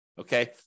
okay